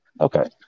Okay